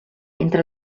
entre